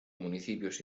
municipios